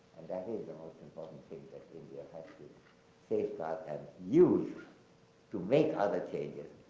that is a most important thing that india has to safeguard and use to make other changes,